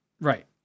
Right